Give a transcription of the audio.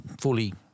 fully